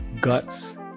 guts